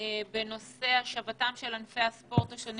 על סדר-היום: השבתם של ענפי הספורט השונים